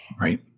right